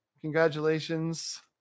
congratulations